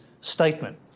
statement